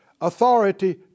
authority